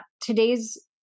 today's